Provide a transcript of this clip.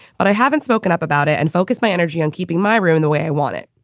but i haven't spoken up about it and focus my energy on keeping my room in the way i want it.